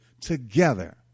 together